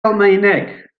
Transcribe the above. almaeneg